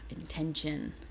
intention